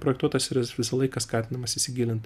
projektuotojas yra visą laiką skatinamas įsigilint